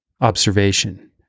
observation